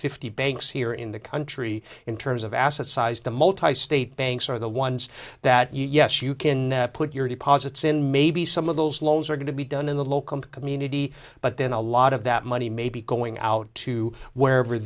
fifty banks here in the country in terms of asset size the multi state banks are the ones that yes you can put your deposits in maybe some of those loans are going to be done in the local community but then a lot of that money may be going out to wherever